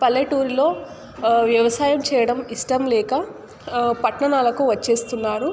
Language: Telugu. పల్లెటూరిలో వ్యవసాయం చేయడం ఇష్టం లేక పట్టణాలకు వచ్చేస్తున్నారు